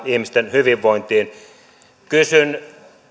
ihmisten hyvinvointiin kysyn